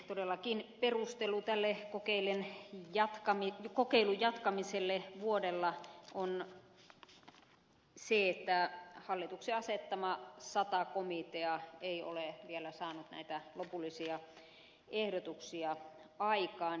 todellakin perustelu tälle kokeilun jatkamiselle vuodella on se että hallituksen asettama sata komitea ei ole vielä saanut näitä lopullisia ehdotuksia aikaan